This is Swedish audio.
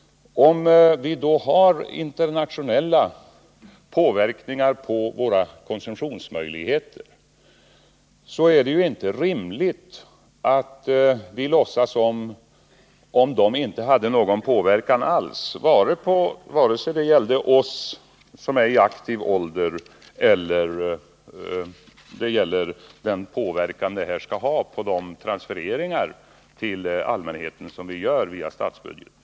Om vi har internationell påverkan på våra konsumtionsmöjligheter är det inte rimligt att vi låtsas som om det inte hade någon inverkan alls. Detta gäller både förhållandena för oss i aktiv ålder och transfereringarna till allmänheten i Övrigt via statsbudgeten.